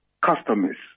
customers